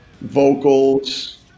vocals